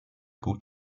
gut